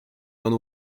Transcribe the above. one